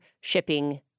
shipping